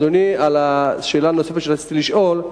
אדוני, שאלה נוספת שרציתי לשאול: